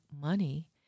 money